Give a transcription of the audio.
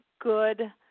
good